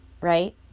Right